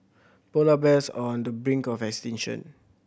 polar bears are on the brink of extinction